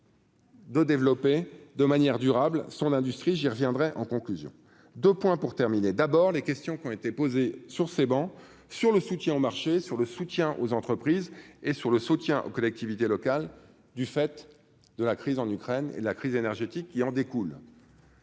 De développer de manière durable, son industrie, j'y reviendrai en conclusion de points pour terminer : d'abord les questions qui ont été posées sur ces bancs sur le soutien au marché sur le soutien aux entreprises et sur le soutien aux collectivités locales, du fait de la crise en Ukraine et la crise énergétique qui en découlent.